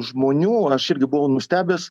žmonių aš irgi buvau nustebęs